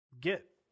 get